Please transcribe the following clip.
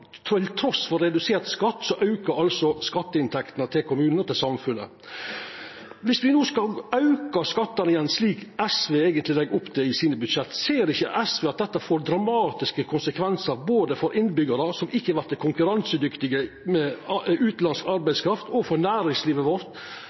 til tross for redusert skatt, aukar skatteinntektene til kommunane og til samfunnet. Viss me no skal auka skattane igjen, slik SV eigentleg legg opp til i sine budsjett, ser ikkje SV at det får dramatiske konsekvensar, både for innbyggjarane, som ikkje vert konkurransedyktige med